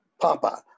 papa